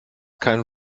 kein